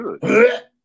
good